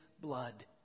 blood